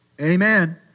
Amen